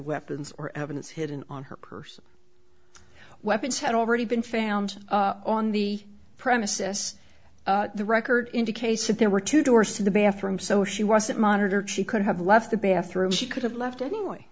weapons or evidence hidden on her person weapons had already been found on the premises the record indicates that there were two doors to the bathroom so she wasn't monitored she could have left the bathroom she could have left anyway